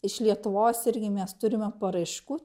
iš lietuvos irgi mes turime paraiškų